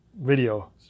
video